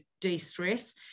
de-stress